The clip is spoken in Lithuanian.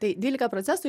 tai dvylika procesų